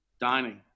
dining